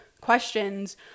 questions